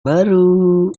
baru